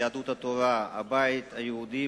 יהדות התורה והבית היהודי,